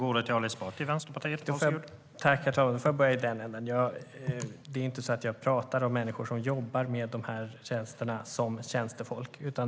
Herr talman! Det är inte så att jag pratar om människor som jobbar med de här tjänsterna som tjänstefolk.